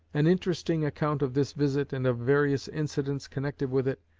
an interesting account of this visit, and of various incidents connected with it,